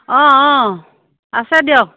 অ অ আছে দিয়ক